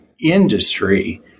industry